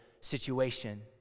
situation